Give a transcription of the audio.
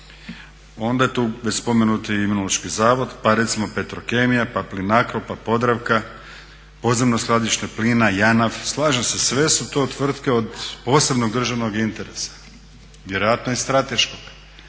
Onda je tu već spomenuti Imunološki zavod, pa recimo Petrokemija, pa PLINACRO, pa Podravka, podzemno skladište plina JANAF. Slažem se sve su to tvrtke od posebnog državnog interesa. Vjerojatno i strateškog,